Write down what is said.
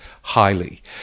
highly